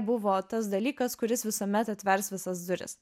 buvo tas dalykas kuris visuomet atvers visas duris